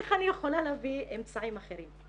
איך אני יכולה להביא אמצעים אחרים?